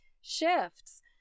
shifts